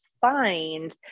find